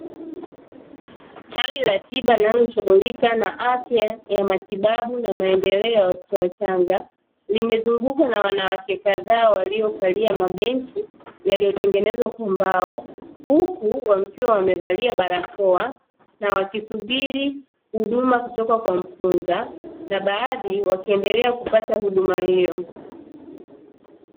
Tawi la tiba linaloshughulika na afya ya matibabu na maendeleo ya watoto wachanga, limezungukwa na wanawake kadhaa waliokalia mabenchi yaliyotengenezwa kwa mbao. Huku wakiwa wamevalia barakoa na wakisuburi huduma kutoka kwa mkunga na baadhi wakiendelea kupata huduma hiyo.